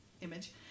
image